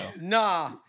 Nah